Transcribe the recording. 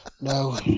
no